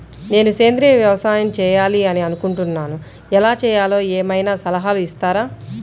నేను సేంద్రియ వ్యవసాయం చేయాలి అని అనుకుంటున్నాను, ఎలా చేయాలో ఏమయినా సలహాలు ఇస్తారా?